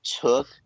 took